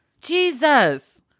Jesus